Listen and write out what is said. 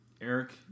Eric